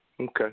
Okay